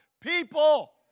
People